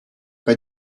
bei